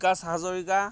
Bikash Hazarika